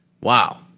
wow